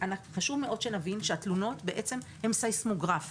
חשוב מאוד שנבין שהתלונות הן סיסמוגרף.